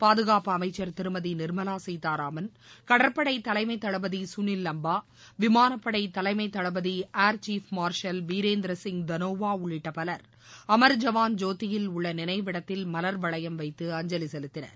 பாதுகாப்பு அமைச்சர் திருமதி நிர்மவா சீதாராமன் கடற்படை தலைமை தளபதி சுனில் லன்பா விமானப்படை தலைமை தளபதி ஏர்சீப் மார்ஷல் பீரேந்தர் சிங் தானோவா உள்ளிட்ட பவர் அமர்ஜவாள் ஜோதியில் உள்ள நினைவிடத்தில் மலர் வளையம் வைத்து அஞ்சலி செலுத்தினர்